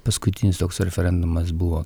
paskutinis toks referendumas buvo